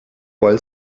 while